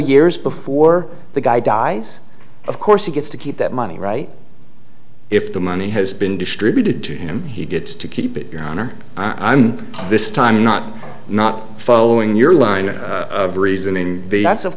years before the guy dies of course he gets to keep that money right if the money has been distributed to him he gets to keep it your honor i'm this time not not following your line of reasoning